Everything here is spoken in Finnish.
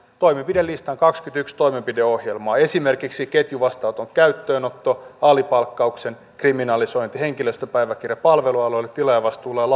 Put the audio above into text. toimenpidelistan kaksikymmentäyksi toimenpideohjelmaa esimerkiksi ketjuvastaanoton käyttöönoton alipalkkauksen kriminalisoinnin henkilöstöpäiväkirjan palvelualoille tilaajavastuulain